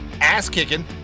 ass-kicking